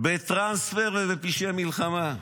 בטרנספר ובפשעי מלחמה.